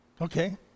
Okay